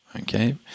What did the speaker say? okay